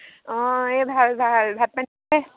অঁ এই ভাল ভাল ভাত পানী খালে